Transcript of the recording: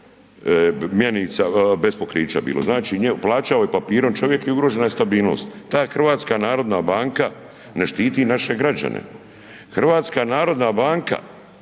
mjenica bez pokrića bilo, znači plaćao je papirom čovjek i ugrožena je stabilnost. Ta HNB ne štiti naše građane, HNB tribala